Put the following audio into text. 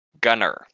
Gunner